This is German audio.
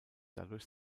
dadurch